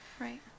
right